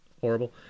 horrible